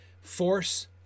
Force